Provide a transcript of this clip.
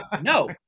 no